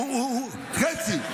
חצי.